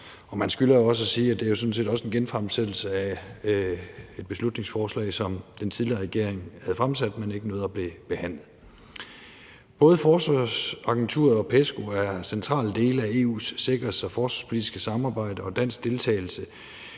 og man skylder jo også at sige, at det sådan set også er en fremsættelse af et beslutningsforslag, som den tidligere regering havde fremsat, men som ikke nåede at blive behandlet. Både Forsvarsagenturet og PESCO er centrale dele af EU's sikkerheds- og forsvarspolitiske samarbejde, og dansk deltagelse